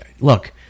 Look